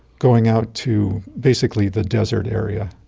going out to basically the desert area.